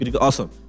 Awesome